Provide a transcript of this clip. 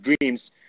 dreams